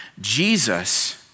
Jesus